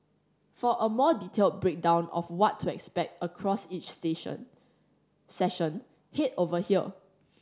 for a more detailed breakdown of what to expect across each station session head over here